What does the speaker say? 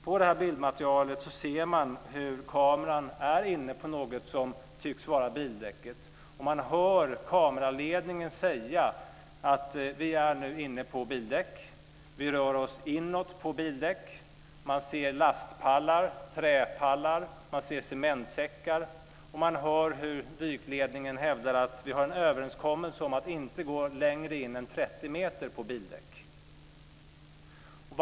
På bildmaterialet ser man hur kameran är inne på något som tycks vara bildäcket, och man hör kameraledningen säga: Vi är nu inne på bildäck. Vi rör oss inåt på bildäck. Man ser lastpallar, träpallar och cementsäckar, och man hör hur dykledningen hävdar att de har en överenskommelse om att inte gå längre in än 30 meter på bildäck.